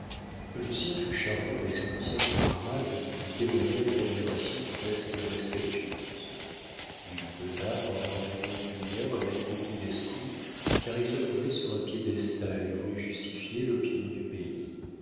lucien fut charmant avec ses anciens camarades qui lui témoignèrent une admiration presque respectueuse il causa pendant environ une demi-heure avec beaucoup d'esprit car il se trouvait sur un piédestal et voulait justifier l'opinion du pays